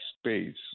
space